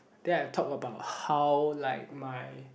then I talk about how like my